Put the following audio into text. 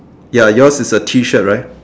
ya yours is a tee shirt right